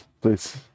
please